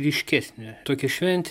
ryškesnė tokia šventė